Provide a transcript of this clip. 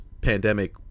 pandemic